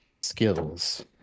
skills